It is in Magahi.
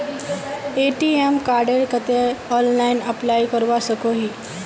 ए.टी.एम कार्डेर केते ऑनलाइन अप्लाई करवा सकोहो ही?